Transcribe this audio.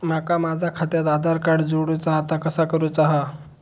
माका माझा खात्याक आधार कार्ड जोडूचा हा ता कसा करुचा हा?